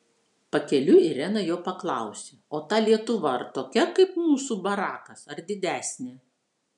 pakeliui irena jo paklausė o ta lietuva ar tokia kaip mūsų barakas ar didesnė